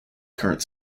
current